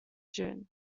june